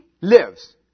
lives